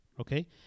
Okay